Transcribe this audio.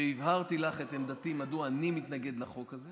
שהבהרתי לך את עמדתי, מדוע אני מתנגד לחוק הזה,